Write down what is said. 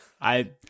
I-